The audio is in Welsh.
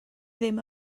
ddim